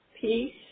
Peace